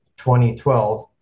2012